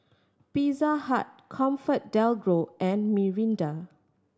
Pizza Hut ComfortDelGro and Mirinda